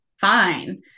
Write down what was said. fine